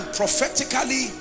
prophetically